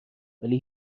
ولی